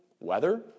weather